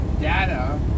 data